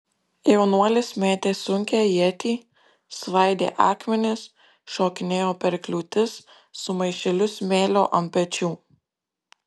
jaunuolis mėtė sunkią ietį svaidė akmenis šokinėjo per kliūtis su maišeliu smėlio ant pečių